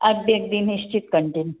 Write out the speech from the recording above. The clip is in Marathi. अगदी अगदी निश्चित कंटिन्यू